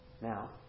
Now